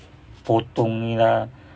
potong ni lah